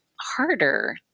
harder